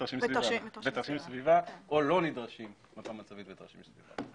ותרשים סביבה או לא נדרשת מפה מצבית ותרשים סביבה.